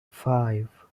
five